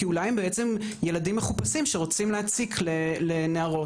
כי אולי הם בעצם ילדים מחופשים רוצים להציק לנערות.